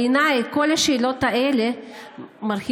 בעיניי, כל השאלות האלה מרחיבות,